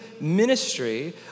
ministry